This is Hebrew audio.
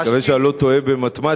אני מקווה שאני לא טועה במתמטיקה,